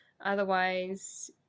otherwise